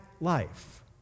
life